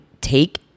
take